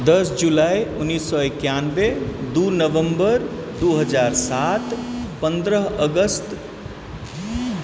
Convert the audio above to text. दश जुलाइ उन्नैस सए एकानबे दू नवम्बर दू हजार सात पन्द्रह अगस्त